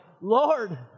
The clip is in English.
Lord